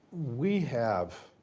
we have,